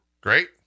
Great